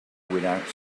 without